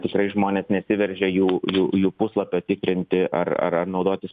tikrai žmonės nesiveržia jų jų jų puslapio tikrinti ar ar ar naudotis